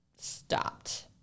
stopped